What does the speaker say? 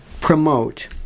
promote